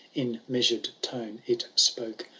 in measured tone, it spoke.